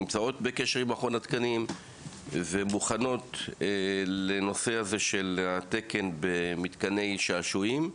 נמצאות בקשר עם מכון התקנים ומוכנות לנושא של התקן במתקני שעשועים,